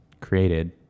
created